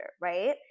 right